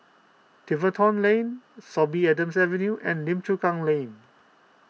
Tiverton Lane Sorby Adams Drive and Lim Chu Kang Lane